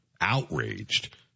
outraged